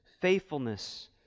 faithfulness